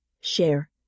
Share